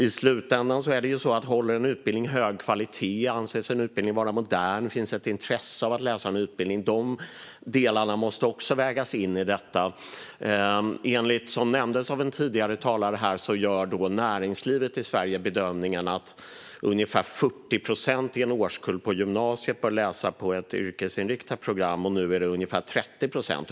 I slutändan måste frågorna om en utbildning håller hög kvalitet, om den anses vara modern och om det finns intresse för att läsa den också vägas in i detta. Som nämndes av en tidigare talare här gör näringslivet i Sverige bedömningen att ungefär 40 procent i en årskull på gymnasiet bör läsa på ett yrkesinriktat program. Nu är det ungefär 30 procent.